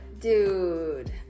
Dude